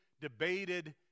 debated